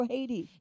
Haiti